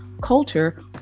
culture